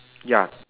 ya